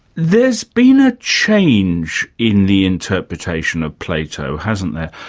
there's been a change in the interpretation of plato, hasn't there?